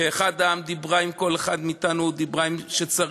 כאחד העם דיברה עם כל אחד מאתנו, דיברה כשצריך.